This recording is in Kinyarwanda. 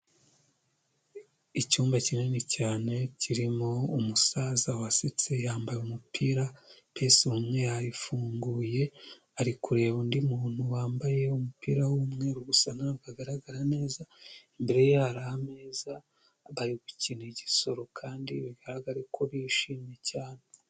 Icyumba kinini cyane kirimo umusaza wasetse yambaye umupira, ipesi rimwe yarifunguye ari kureba undi muntu wambaye umupira w'umweru gusa ntabwo agaragara neza, imbere ye hari ameza bari gukina igisoro kandi bigaragara ko bishimye cyane.